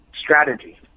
strategy